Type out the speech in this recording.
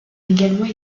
également